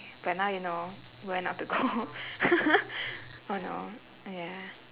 but now you know where not to go oh no ya